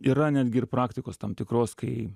yra netgi ir praktikos tam tikros kai